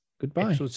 Goodbye